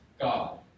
God